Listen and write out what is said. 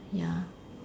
ya